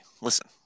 Listen